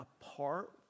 apart